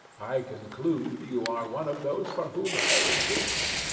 i conclude you are one of those for whom hell exists.